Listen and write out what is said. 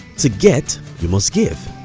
to get, you must give.